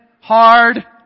hard